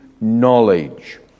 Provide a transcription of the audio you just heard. knowledge